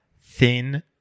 thin